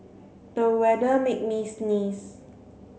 the weather made me sneeze